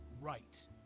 right